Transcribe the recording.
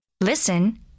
Listen